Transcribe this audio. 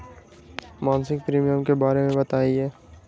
मासिक प्रीमियम के बारे मे बताई?